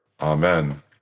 Amen